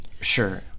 Sure